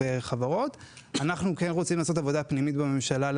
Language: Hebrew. אנחנו כן רוצים לעשות עבודה פנימית בממשלה כדי